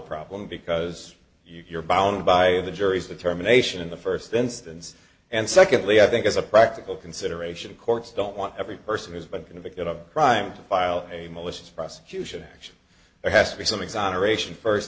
problem because you're bound by the jury's determination in the first instance and secondly i think as a practical consideration courts don't want every person who's been convicted of a crime to file a malicious prosecution action there has to be some